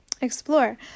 explore